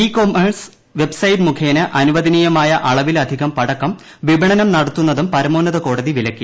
ഈ commerce website മുഖേന അനുവദനീയമായ അളവിലധികം പടക്കം വിപണനം നടത്തുന്നതും പരമോന്നത കോടതി വിലക്കി